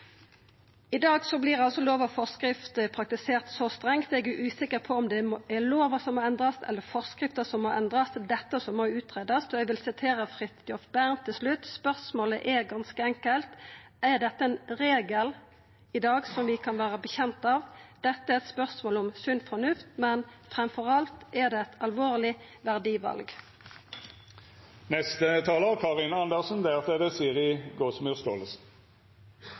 I dag vert lov og forskrifter praktisert så strengt. Eg er usikker på om det er lova eller forskrifta som må endrast. Det er dette som må greiast ut. Eg vil sitera Jan Fridjof Bernt til slutt: «Spørsmålet er ganske enkelt: Er dette en regel vi kan være bekjent av? Dette er dels et spørsmål om sunn fornuft, men fremfor alt et dypt alvorlig verdivalg.». Først kan jeg si til representanten Trellevik, som får det